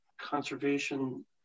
conservation